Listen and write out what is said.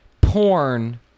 porn